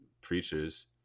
preachers